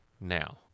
Now